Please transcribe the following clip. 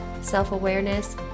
self-awareness